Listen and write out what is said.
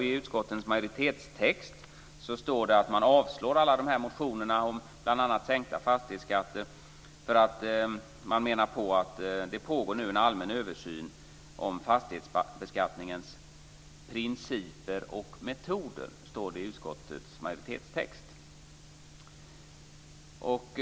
I utskottets majoritetstext står det att man avslår alla de här motionerna om bl.a. sänkta fastighetsskatter för att man menar att det pågår en allmän översyn av fastighetsbeskattningens principer och metoder. Så står det i utskottets majoritetstext.